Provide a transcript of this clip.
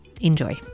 Enjoy